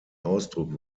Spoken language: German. ausdruck